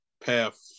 path